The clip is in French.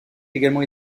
également